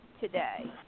today